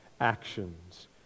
actions